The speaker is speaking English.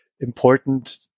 important